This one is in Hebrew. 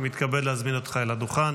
אני מתכבד להזמין אותך לדוכן.